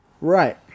Right